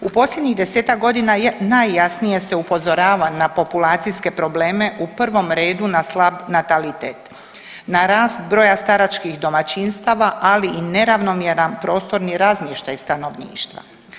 U posljednjih 10-ak godina najjasnije se upozorava na populacijske probleme u prvom redu na slab natalitet, na rast broja staračkih domaćinstava, ali i neravnomjeran prostorni razmještaj stanovništva.